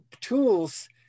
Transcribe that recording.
tools